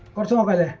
automobile